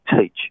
teach